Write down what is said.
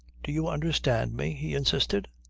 do you understand me? he insisted.